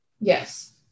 Yes